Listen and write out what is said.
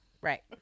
Right